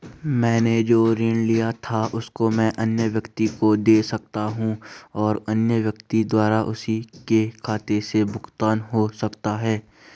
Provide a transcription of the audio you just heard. मैंने जो ऋण लिया था उसको मैं अन्य व्यक्ति को दें सकता हूँ और अन्य व्यक्ति द्वारा उसी के खाते से भुगतान हो सकता है?